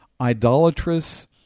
idolatrous